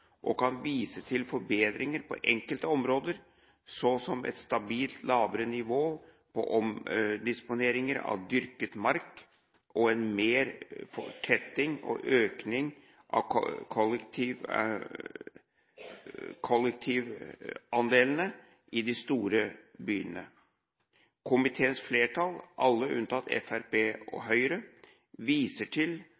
og kan vise til forbedringer på enkelte områder, som et stabilt lavere nivå på omdisponering av dyrket mark og en mer fortetting og økning av kollektivandelene i de store byene. Komiteens flertall, alle unntatt Fremskrittspartiet og